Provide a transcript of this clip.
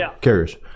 carriers